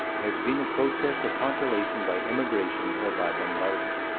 has been a process of population by immigration or by bombardment.